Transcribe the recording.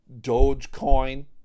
Dogecoin